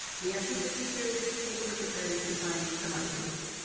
we have teacher features take a look at those to find some ideas.